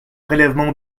prélèvements